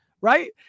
right